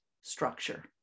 structure